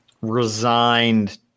resigned